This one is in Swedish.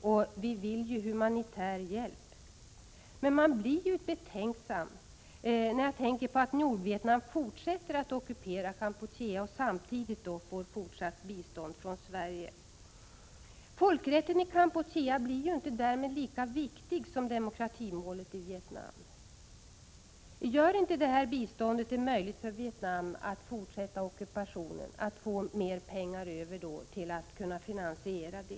Vi vill ju också ge humanitär hjälp. Men jag blir betänksam när Nordvietnam fortsätter att ockupera Kampuchea och landet samtidigt får fortsatt bistånd från Sverige. Folkrätten i Kampuchea blir därmed inte lika viktig som demokratimålet i Vietnam. Gör inte det här biståndet det möjligt för Vietnam att fortsätta ockupationen, att få mer pengar över till att finansiera den?